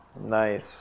Nice